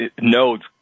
nodes